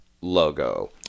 logo